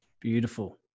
beautiful